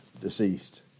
deceased